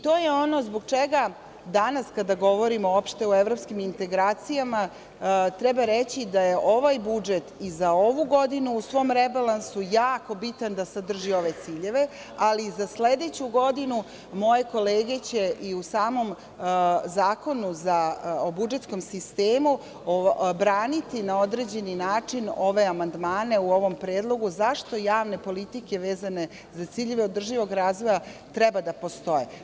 To je ono zbog čega danas kada govorimo uopšte o evropskim integracijama, treba reći da je ovaj budžet i za ovu godinu u svom rebalansu jako bitan da sadrži ove ciljeve, ali za sledeću godinu moje kolege će i u samom Zakonu o budžetskom sistemu braniti na određeni način ove amandmane u ovom predlogu, zašto javne politike vezane za ciljeve održivog razvoja treba da postoje.